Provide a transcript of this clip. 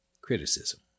criticism